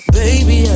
baby